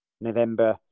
November